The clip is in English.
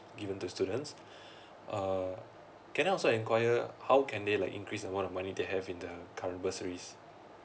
given to students uh can I also inquire how can they like increase amount of money they have in the current bursaries